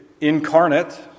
incarnate